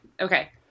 okay